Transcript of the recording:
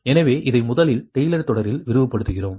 எனவே இதை முதலில் டெய்லர் தொடரில் விரிவுபடுத்துகிறோம்